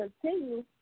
continue